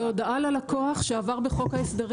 זה הודעה ללקוח שעבר בחוק ההסדרים.